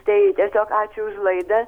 tai tiesiog ačiū už laidą